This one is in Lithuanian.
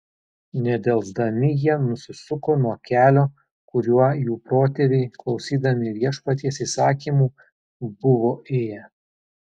nedelsdami jie nusisuko nuo kelio kuriuo jų protėviai klausydami viešpaties įsakymų buvo ėję